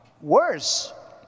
worse